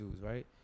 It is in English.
Right